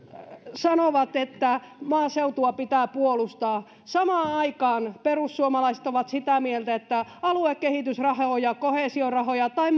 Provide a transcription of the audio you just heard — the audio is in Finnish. sanovat että maaseutua pitää puolustaa samaan aikaan perussuomalaiset ovat sitä mieltä että aluekehitysrahoja koheesiorahoja tai